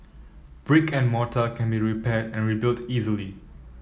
brick and mortar can be repaired and rebuilt easily